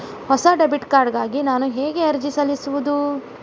ಹೊಸ debit card ಗಾಗಿ ನಾನು ಹೇಗೆ ಅರ್ಜಿ ಸಲ್ಲಿಸುವುದು?